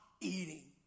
eating